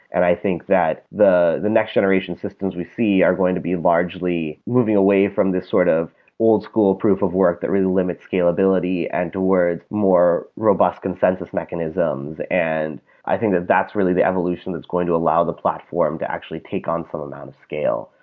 and i think that the the next generation of systems we see are going to be largely moving away from this sort of old-school proof of work that really limits scalability and toward more robust consensus mechanisms. and i think that that's really the evolution that's going to allow the platform to actually take on full amount of scale.